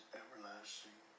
everlasting